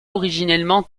originellement